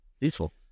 Peaceful